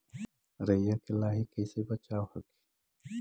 राईया के लाहि कैसे बचाब हखिन?